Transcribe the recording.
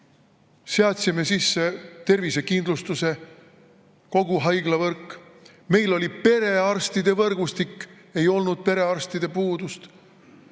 seadsime sisse tervisekindlustuse, kogu haiglavõrk, meil oli perearstide võrgustik, ei olnud perearstide puudust.